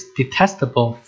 detestable